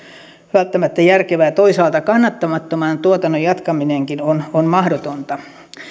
välttämättä järkevää toisaalta kannattamattoman tuotannon jatkaminenkin on on mahdotonta